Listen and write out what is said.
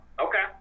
okay